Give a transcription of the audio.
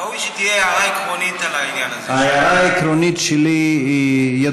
ראוי שתהיה הערה עקרונית על העניין הזה.